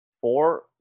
Four